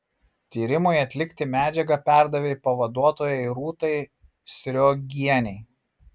tyrimui atlikti medžiagą perdavė pavaduotojai rūtai sriogienei